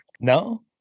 no